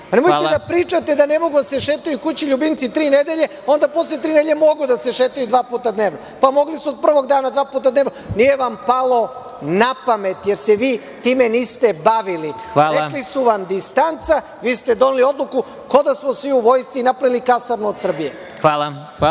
Pa nemojte da pričate da ne mogu da se šetaju kućni ljubimci tri nedelje, a onda posle tri nedelje mogu da se šetaju, dva puta dnevno. Pa mogli su od prvog dana dva puta dnevno, nije vam palo napamet, jer se vi time niste bavili. Rekli su vam – distanca, vi ste doneli odluku kao da smo svu u vojsci i napravili kasarnu od Srbije.